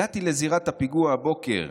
הגעתי לזירת הפיגוע הבוקר.